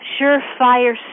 surefire